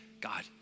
God